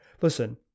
listen